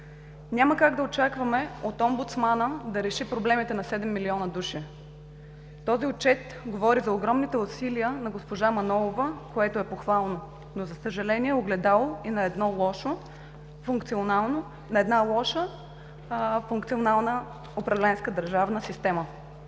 Няма как да очакваме от омбудсмана да реши проблемите на 7 милиона души. Този отчет говори за огромните усилия на госпожа Манолова, което е похвално, но за съжаление е огледало и на една лоша функционална управленска държавна система.